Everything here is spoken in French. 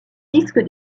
disque